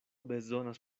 bezonas